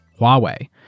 Huawei